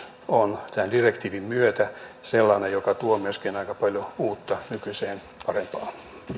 on tämän direktiivin myötä sellainen joka tuo myöskin aika paljon uutta nykyiseen parempaa